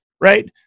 right